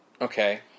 Okay